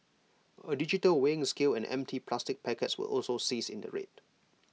A digital weighing scale and empty plastic packets were also seized in the raid